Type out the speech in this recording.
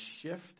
shift